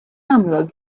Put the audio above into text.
amlwg